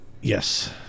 yes